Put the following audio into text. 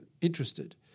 interested